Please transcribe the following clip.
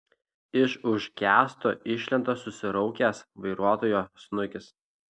iš už kęsto išlenda susiraukęs vairuotojo snukis